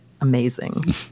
Amazing